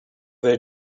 they